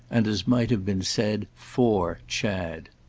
and as might have been said, for chad.